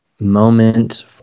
moment